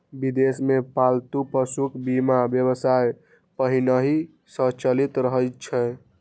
विदेश मे पालतू पशुक बीमा व्यवसाय पहिनहि सं चलि रहल छै